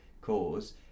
cause